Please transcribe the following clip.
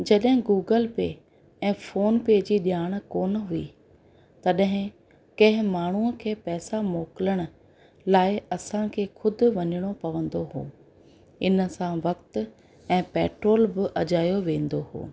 जॾहिं Google Pay ऐं PhonePe जी ॼाण कोन हुई तॾहिं कंहिं माण्हूअ खे पैसा मोकिलिण लाइ असांखे ख़ुदि वञिणो पवंदो हुओ इन सां वक़्तु ऐं पैट्रोल बि अजायो वेंदो हुओ